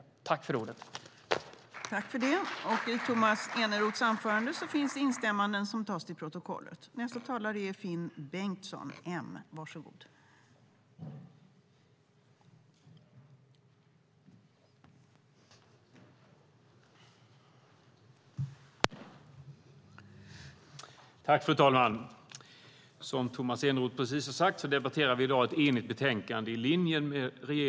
I detta anförande instämde Shadiye Heydari, Eva-Lena Jansson, Annelie Karlsson, Kurt Kvarnström, Fredrik Lundh Sammeli och Jasenko Omanovic .